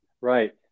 Right